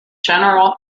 general